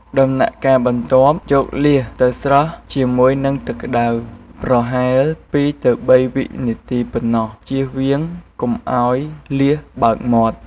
ដំណាក់កាលបន្ទាប់យកលៀសទៅស្រុះ ជាមួយនឹងទឹកក្តៅ ប្រហែល២ទៅ៣វិនាទីប៉ុណ្តោះ ជៀសវាងកុំឲ្យលៀសបើកមាត់។